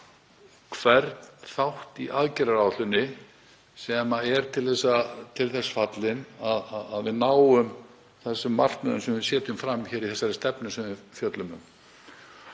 hvern þátt í aðgerðaáætluninni sem er til þess fallinn að við náum þeim markmiðum sem við setjum fram í þessari stefnu sem við fjöllum um.